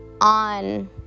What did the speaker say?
on